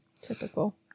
Typical